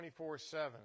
24-7